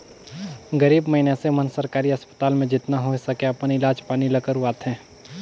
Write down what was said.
गरीब मइनसे मन सरकारी अस्पताल में जेतना होए सके अपन इलाज पानी ल करवाथें